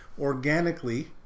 organically